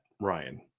Ryan